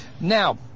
Now